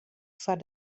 foar